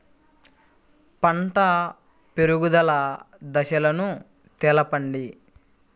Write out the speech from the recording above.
పంట పెరుగుదల దశలను తెలపండి?